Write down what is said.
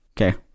Okay